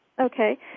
Okay